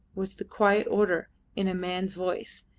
was the quiet order in a man's voice,